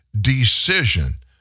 decision